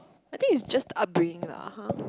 I think it's just upbringing lah ah [huh]